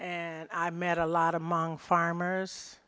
and i met a lot among farmers